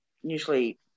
usually